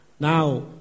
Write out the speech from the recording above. Now